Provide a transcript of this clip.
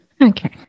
Okay